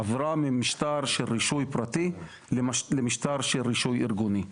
עברה ממשטר של רישוי פרטי למשטר של רישוי ארגוני.